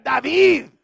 David